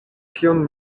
kion